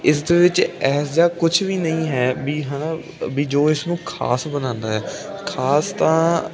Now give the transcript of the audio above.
ਇਸ ਦੇ ਵਿੱਚ ਐਸ ਜਿਹਾ ਕੁਛ ਵੀ ਨਹੀਂ ਹੈ ਵੀ ਹੈ ਨਾ ਵੀ ਜੋ ਇਸਨੂੰ ਖ਼ਾਸ ਬਣਾਉਂਦਾ ਹੈ ਖ਼ਾਸ ਤਾਂ